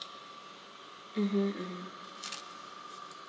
mmhmm mmhmm